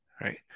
right